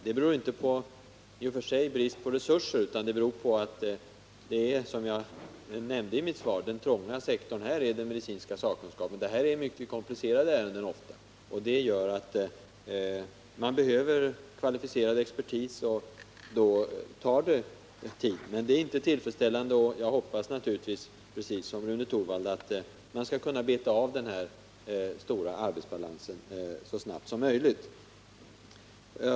Det beror inte i och för sig på brist på resurser utan det beror på att, som jag nämnde i mitt svar, den trånga sektorn är den medicinska sakkunskapen. Dessa ärenden är ofta mycket komplicerade. Det gör att man behöver kvalificerad expertis, och då tar det tid. Men det är inte tillfredsställande, och jag hoppas naturligtvis, precis som Rune Torwald, att man skall kunna beta av den stora arbetsbalansen så snabbt som möjligt.